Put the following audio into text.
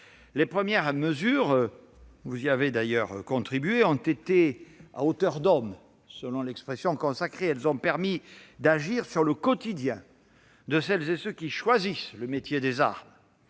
Les premières mesures- vous y avez d'ailleurs contribué -ont été « à hauteur d'homme », selon l'expression consacrée. Elles ont permis d'agir sur le quotidien de celles et ceux qui choisissent le métier des armes.